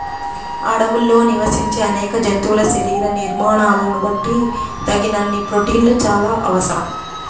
అడవుల్లో నివసించే అనేక జంతువుల శరీర నిర్మాణాలను బట్టి తగినన్ని ప్రోటీన్లు చాలా అవసరం